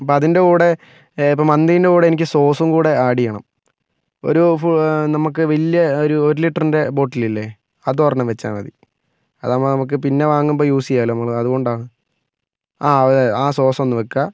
അപ്പം അതിൻ്റെ കൂടെ മന്തീൻ്റെ കൂടെ എനിക്ക് സോസും കൂടെ ആഡ് ചെയ്യണം ഒരു ഫൂ നമുക്ക് വലിയ ഒരു ഒരു ലിറ്ററിൻ്റെ ബോട്ടിലില്ലേ അതോരെണ്ണം വെച്ചാൽ മതി അതാകുമ്പം നമുക്ക് പിന്നെ വാങ്ങുമ്പോൾ യൂസ് ചെയ്യാമല്ലൊ അതുകൊണ്ടാണ് ആ അതെ ആ സോസ് ഒന്ന് വെക്കുക